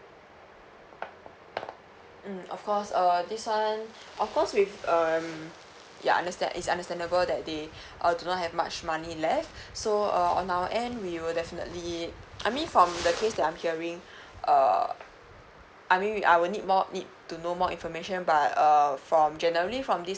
mm of course err this one of course with um ya understand it's understandable that they uh do not have much money left so uh on our end we will definitely I mean from the case that I'm hearing err I mean we I will need more need to know more information but err from generally from this